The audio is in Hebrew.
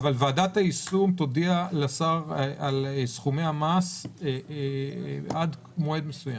אבל ועדת היישום תודיע לשר על סכומי המס עד מועד מסוים.